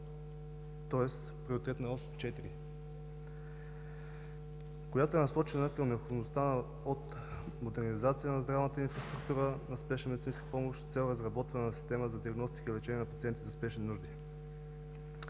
тоест Приоритетна ос 4, насочена към необходимостта от модернизация на здравната инфраструктура на спешна медицинска помощ с цел разработване на система за диагностика и лечение на пациентите за спешни нужди.